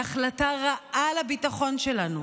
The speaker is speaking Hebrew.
היא החלטה רעה לביטחון שלנו.